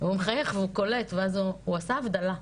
מחייך ואומר שהוא עשה הבדלה.